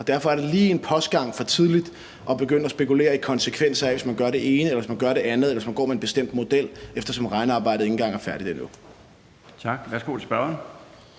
og derfor er det lige en postgang for tidligt at begynde at spekulere i konsekvenserne, hvis man gør det ene, hvis man gør det andet, eller hvis man går med en bestemt model, eftersom regnearbejdet ikke engang er færdigt endnu.